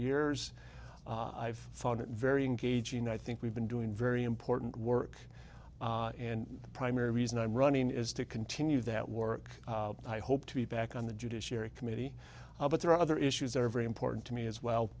years i've found it very engaging and i think we've been doing very important work and the primary reason i'm running is to continue that work i hope to be back on the judiciary committee but there are other issues that are very important to me as